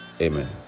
Amen